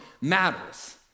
matters